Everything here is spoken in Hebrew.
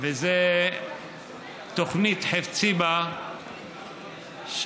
זו תוכנית חפציב"ה,